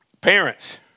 Parents